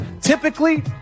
Typically